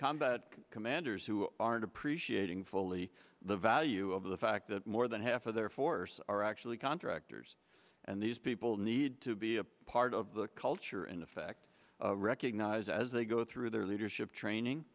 combat commanders who aren't appreciating fully the value of the fact that more than half of their force are actually contractors and these people need to be a part of the culture in effect recognize as they go through their leadership training